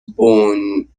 born